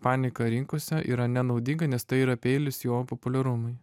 panika rinkose yra nenaudinga nes tai yra peilis jo populiarumui